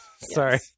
Sorry